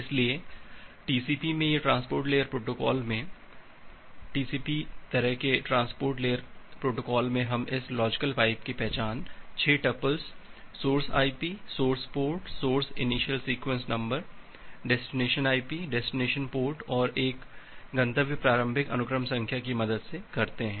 इसलिए टीसीपी में या ट्रांसपोर्ट लेयर प्रोटोकॉल में टीसीपी तरह के ट्रांसपोर्ट लेयर प्रोटोकॉल में हम इस लॉजिकल पाइप की पहचान इस 6 tuple source IP source port source initial sequence number destination IP destination port और एक गंतव्य प्रारंभिक अनुक्रम संख्या की मदद से करते हैं